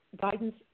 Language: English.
guidance